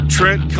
Trent